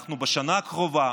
אנחנו בשנה הקרובה,